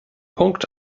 punkt